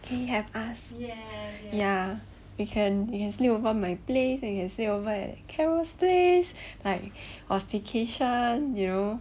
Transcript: can should have ask you can sleep over my place you can stay over at carol place like or staycation you know